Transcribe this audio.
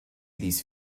these